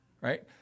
Right